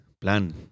plan